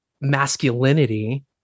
masculinity